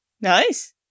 Nice